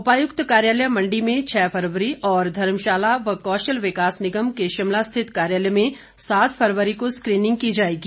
उपायुक्त कार्यालय मण्डी में छ फरवरी और धर्मशाला व कौशल विकास निगम के शिमला स्थित कार्यालय में सात फरवरी को स्कीनिंग की जाएगी